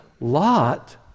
Lot